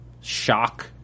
shock